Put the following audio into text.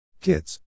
Kids